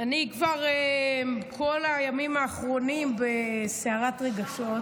כבר כל הימים האחרונים אני בסערת רגשות,